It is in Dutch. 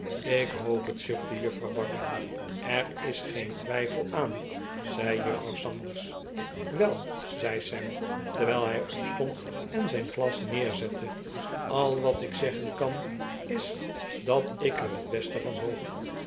ik hoop het zuchtte juffrouw bardell er is geen twijfel aan zei juffrouw sanders wel zei sam terwijl hij opstond en zijn glas neerzette al wat ik zeggen kan is dat ik er het beste van hoop